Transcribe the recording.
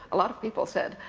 a lot of people said,